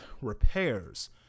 repairs